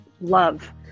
love